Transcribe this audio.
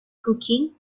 cooking